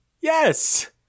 Yes